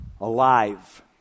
alive